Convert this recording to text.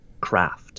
craft